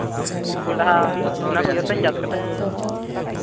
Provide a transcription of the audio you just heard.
ᱠᱚᱸᱰᱷᱟ ᱚᱱᱟ ᱠᱚ ᱡᱚᱛᱚᱧ ᱪᱟᱥ ᱠᱟᱫᱟ